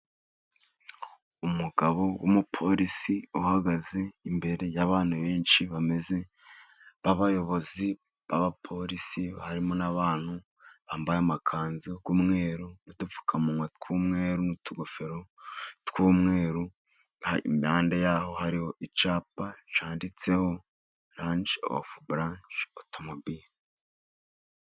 Umugabo w'umupolisi uhagaze imbere y'abantu benshi bameze nk'abayobozi b'abapolisi. Harimo n'abantu bambaye amakanzu y'umweru n'udupfukamunwa tw'umweru, n'utugofero tw'umweru. Impande yaho hariho icyapa cyanditseho Ranshe ofu otomobire ensipegishoni senta.